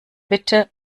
bitte